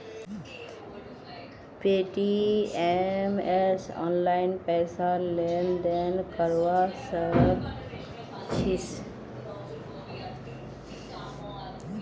Paytm स online पैसार लेन देन करवा सक छिस